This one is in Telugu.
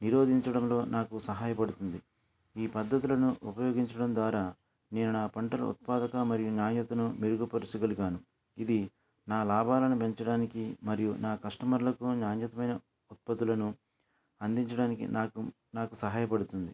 నిరోధించడంలో నాకు సహాయపడుతుంది ఈ పద్దతులను ఉపయోగించడం ద్వారా నేను నా పంటల ఉత్పాదక మరియు నాణ్యతను మెరుగు పరచగలిగాను ఇది నా లాభాలను పెంచటానికి మరియు నా కస్టమర్లకు నాణ్యతమైన ఉత్పత్తులను అందించటానికి నాకు నాకు సహాయపడుతుంది